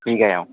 बिगायाव